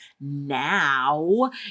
now